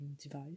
device